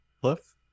Cliff